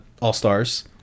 All-Stars